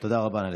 תודה רבה.